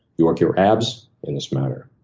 you work your abs in this manner.